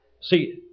See